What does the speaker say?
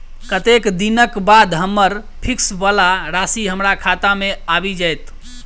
कत्तेक दिनक बाद हम्मर फिक्स वला राशि हमरा खाता मे आबि जैत?